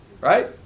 Right